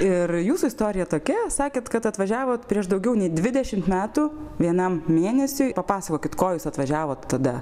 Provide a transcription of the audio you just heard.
ir jūsų istorija tokia sakėt kad atvažiavot prieš daugiau nei dvidešimt metų vienam mėnesiui papasakokit ko jūs atvažiavot tada